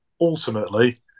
ultimately